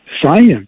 Science